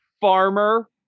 farmer